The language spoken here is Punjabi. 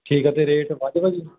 ਠੀਕ ਆ ਅਤੇ ਰੇਟ ਵੱਧ ਭਾਅ ਜੀ